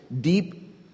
deep